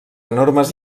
enormes